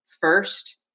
first